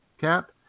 cap